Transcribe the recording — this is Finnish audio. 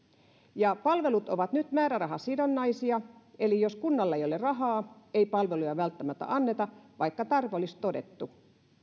palvelut ovat nyt määrärahasidonnaisia eli jos kunnalla ei ole rahaa ei palveluja välttämättä anneta vaikka tarve olisi todettu